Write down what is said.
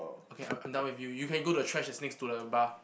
okay I come down with you you can go to the trash that's next to the bar